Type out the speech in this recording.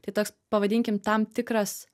tai toks pavadinkim tam tikras